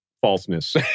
falseness